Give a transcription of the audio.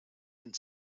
and